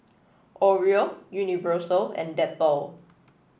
Oreo Universal and Dettol